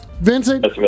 Vincent